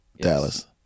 dallas